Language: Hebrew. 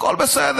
הכול בסדר.